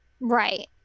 Right